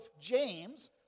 James